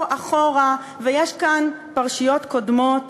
קודם כול, אני מודה לך.